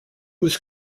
was